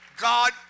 God